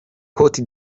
cote